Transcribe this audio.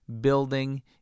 building